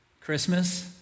Christmas